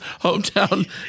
Hometown